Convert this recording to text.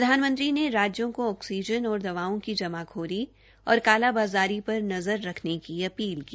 प्रधानमंत्री ने राज्यों को ऑक्सीजन और दवाओ की जमाखोरी और कालाबाज़ारी पर नज़र रखने की अपील की